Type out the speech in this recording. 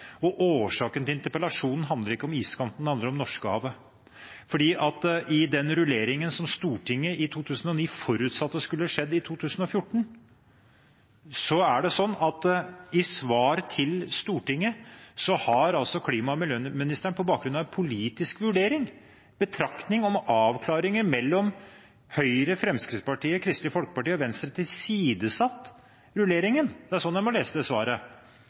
prinsippene. Årsaken til interpellasjonen handler ikke om iskanten, den handler om Norskehavet. For når det gjelder den rulleringen som Stortinget i 2009 forutsatte skulle skje i 2014, har altså klima- og miljøministeren, i svar til Stortinget, på bakgrunn av en politisk vurdering – betraktninger om avklaringer mellom Høyre, Fremskrittspartiet, Kristelig Folkeparti og Venstre – tilsidesatt rulleringen. Det er sånn jeg må lese det svaret.